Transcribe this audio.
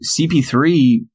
CP3